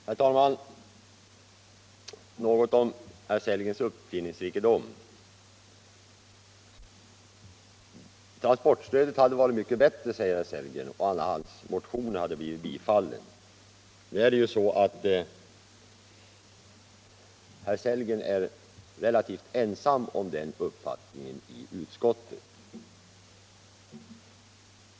Herr talman! Först något om herr Sellgrens uppfinningsrikedom. Han sade att transportstödet hade varit mycket bättre, om hans motioner hade blivit bifallna. Men herr Sellgren är relativt ensam om den uppfattningen i utskottet.